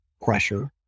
pressure